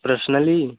personally